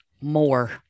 more